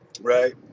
Right